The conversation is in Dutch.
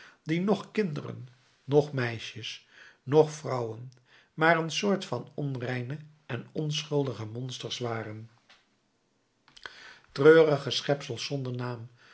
die noch kinderen noch meisjes noch vrouwen maar een soort van onreine en onschuldige monsters waren treurige schepsels zonder naam